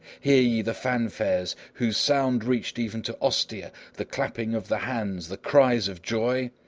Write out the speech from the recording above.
hear ye the fanfares, whose sound reached even to ostia the clapping of the hands, the cries of joy?